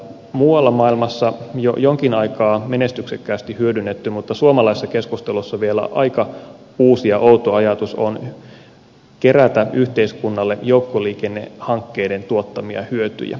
muualla maailmassa jo jonkin aikaa menestyksekkäästi hyödynnetty mutta suomalaisessa keskustelussa vielä aika uusi ja outo ajatus on kerätä yhteiskunnalle joukkoliikennehankkeiden tuottamia hyötyjä